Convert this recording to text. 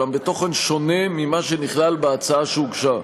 אולם בתוכן שונה ממה שנכלל בהצעה שהוגשה.